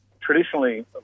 traditionally